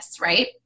right